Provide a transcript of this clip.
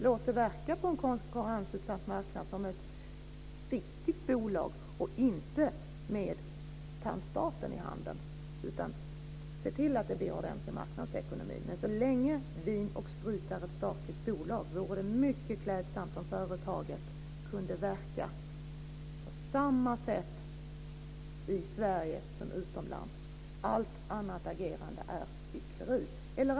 Låt Vin & Sprit verka på en konkurrensutsatt marknad som ett riktigt bolag och inte med tant staten i handen, utan se till att det blir ordentlig marknadsekonomi. Men så länge som Vin & Sprit är ett statligt bolag vore det mycket klädsamt om företaget verkade på samma sätt i Sverige som utomlands. Allt annat agerande är hyckleri.